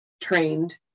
trained